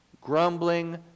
Grumbling